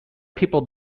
people